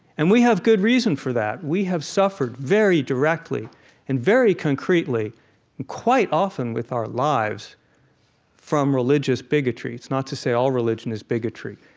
and we have good reason for that. we have suffered very directly and very concretely and quite often with our lives from religious bigotry. it's not to say all religion is bigotry.